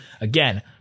Again